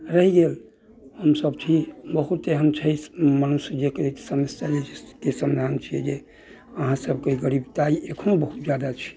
रहि गेल हमसभ छी बहुत एहन छै मनुष जे कि समस्या जे के सम्मान छियै जे अहाँ सभकेँ गरीबताइ एखनो बहुत जादा छै